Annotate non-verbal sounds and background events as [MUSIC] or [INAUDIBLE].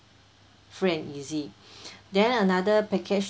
free and easy [BREATH] then another package